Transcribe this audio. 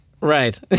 Right